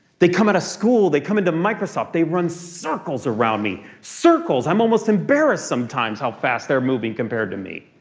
they come out of school. they come into microsoft. they run circles around me. circles. i'm almost embarrassed sometimes how fast they're moving compared to me.